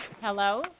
Hello